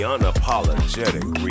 Unapologetic